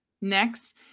next